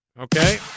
okay